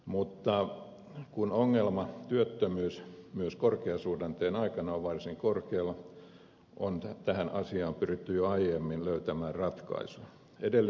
mutta kun ongelma työttömyys myös korkeasuhdanteen aikana on varsin korkealla on tähän asiaan pyritty jo aiemmin löytämään ratkaisua